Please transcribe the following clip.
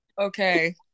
okay